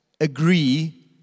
agree